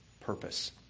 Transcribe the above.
purpose